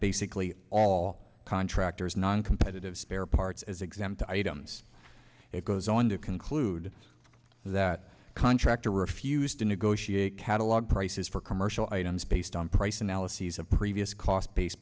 basically all contractors noncompetitive spare parts as exempt items it goes on to conclude that contractor refused to negotiate catalog prices for commercial items based on price analyses of previous cost base